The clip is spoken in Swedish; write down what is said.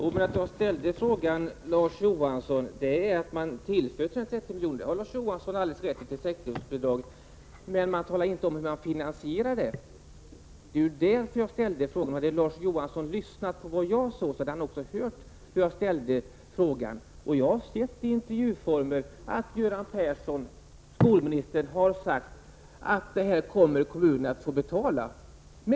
Herr talman! Larz Johansson har alldeles rätt i att dessa 330 milj. avser sektorsbidrag. Men man talar inte om hur det skall finansieras. Det är därför jag ställde frågan. Hade Larz Johansson lyssnat på vad jag sade, hade han också hört hur jag ställde frågan. Jag har hört i en intervju med skolminister Göran Persson att han har sagt att det är kommunerna som kommer att få betala.